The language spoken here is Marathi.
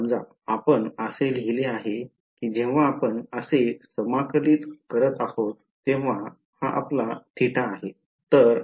समजा आपण असे लिहिले आहे की जेव्हा आपण असे समाकलित करत आहात तेव्हा हा आपला थीटा आहे